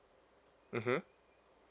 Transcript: mmhmm